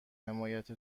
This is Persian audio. حمایت